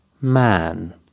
man